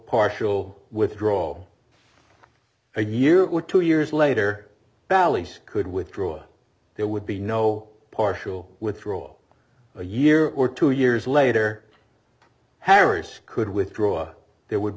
partial withdrawal a year or two years later bally's could withdraw there would be no partial withdrawal a year or two years later harris could withdraw there would